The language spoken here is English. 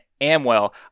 Amwell